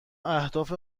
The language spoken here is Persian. اهداف